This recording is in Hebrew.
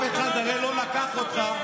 אף אחד הרי לא לקח אותך,